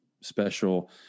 special